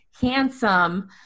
handsome